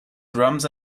drums